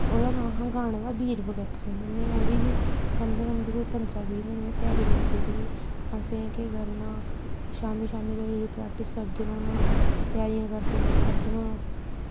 ते ओह्दा नांऽ हा गाने दा वीर भगत सिंह में ओह्दी बी कम से कम बी में कोई पंदरां बीह् दिन त्यारी में करदी रेही असें केह् करना शामीं शामीं धोड़ी प्रैक्टिस करदे रौह्ना त्यारियां करदे रौह्ना करदे रौह्ना